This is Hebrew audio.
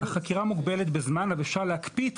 החקירה מוגבלת בזמן אבל אפשר להקפיא את